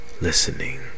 listening